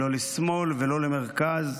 לא לשמאל ולא למרכז.